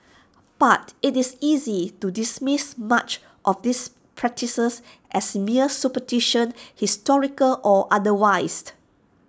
but IT is easy to dismiss much of these practices as mere superstition historical or otherwise